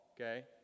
Okay